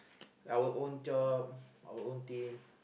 our own job our own team